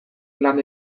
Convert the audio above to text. lan